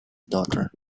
daughter